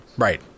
Right